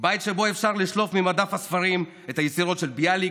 בית שבו אפשר לשלוף ממדף הספרים את היצירות של ביאליק,